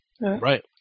Right